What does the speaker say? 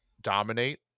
dominate